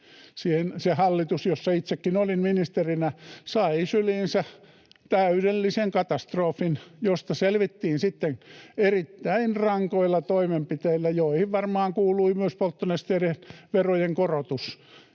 hallitus, jossa itsekin olin ministerinä, sai syliinsä täydellisen katastrofin, josta selvittiin sitten erittäin rankoilla toimenpiteillä, joihin varmaan kuului myös polttonesteiden verojen korotus